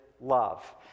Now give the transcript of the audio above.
love